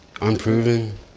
Unproven